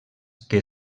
que